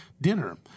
dinner